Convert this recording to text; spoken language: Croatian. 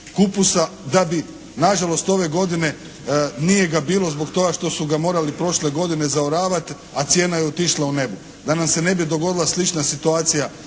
kupusa da bi nažalost ove godine nije ga bilo zbog toga što su ga morali prošle godine zaoravati a cijena je otišla u nebo, da nam se ne bi dogodila slična situacija.